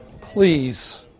Please